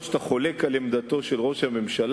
אף-על-פי שאתה חולק על עמדתו של ראש הממשלה,